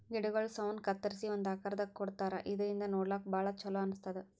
ಗಿಡಗೊಳ್ ಸೌನ್ ಕತ್ತರಿಸಿ ಒಂದ್ ಆಕಾರ್ ಕೊಡ್ತಾರಾ ಇದರಿಂದ ನೋಡ್ಲಾಕ್ಕ್ ಭಾಳ್ ಛಲೋ ಅನಸ್ತದ್